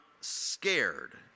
scared